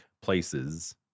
places